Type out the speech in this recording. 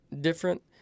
different